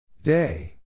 day